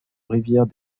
rivière